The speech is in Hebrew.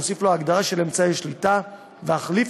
ולהוסיף לו הגדרה של "אמצעי שליטה" ולהחליף